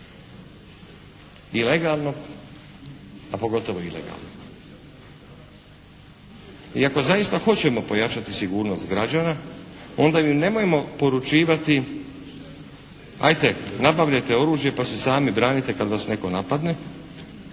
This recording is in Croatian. legalnog, a pogotovo ilegalnog i ako zaista hoćemo pojačati sigurnost građana onda im nemojmo poručivati ajte nabavljajte oružje pa se sami branite kad vas netko napadne,